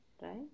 right